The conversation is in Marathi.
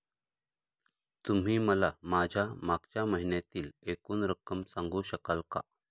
तुम्ही मला माझ्या मागच्या महिन्यातील एकूण रक्कम सांगू शकाल का?